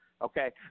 okay